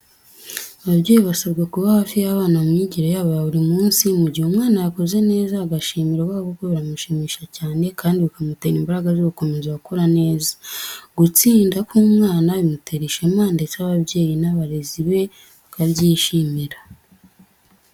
Ababyeyi basabwa kuba hafi y'abana mu myigire yabo ya buri munsi, mu gihe umwana yakoze neza agashimirwa kuko biramushimisha cyane, kandi bikamutera imbaraga zo gukomeza gukora neza, gutsinda k'umwana bimutera ishema ndetse ababyeyi n'abarezi be bakabyishimira.